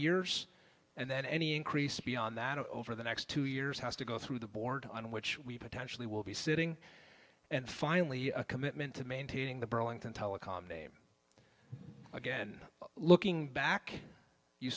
years and then any increase beyond that over the next two years has to go through the board on which we potentially will be sitting and finally a commitment to maintaining the burlington telecom again looking back you